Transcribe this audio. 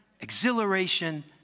exhilaration